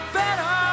better